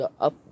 up